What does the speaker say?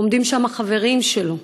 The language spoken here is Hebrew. עומדים שם חברים שלו,